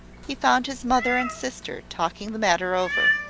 he found his mother and sister talking the matter over.